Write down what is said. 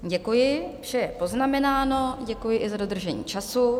Děkuji, vše je poznamenáno, děkuji i za dodržení času.